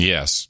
Yes